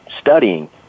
studying